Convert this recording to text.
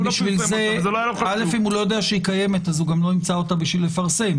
אם הוא לא יודע שהיא קיימת אז הוא גם לא ימצא אותה בשביל לפרסם.